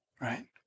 right